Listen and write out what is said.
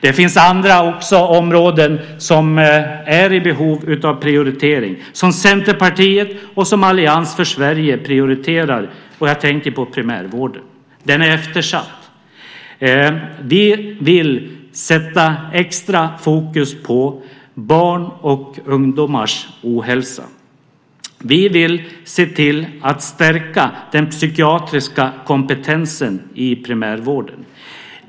Det finns också andra områden som är i behov av prioritering och som Centerpartiet och Allians för Sverige prioriterar. Jag tänker på primärvården. Den är eftersatt. Vi vill sätta extra fokus på barn och ungdomars ohälsa. Vi vill se till att stärka den psykiatriska kompetensen i primärvården.